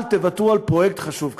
אל תוותרו על פרויקט חשוב כזה.